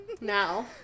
Now